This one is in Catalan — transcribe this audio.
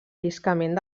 lliscament